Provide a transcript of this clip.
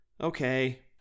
Okay